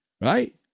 Right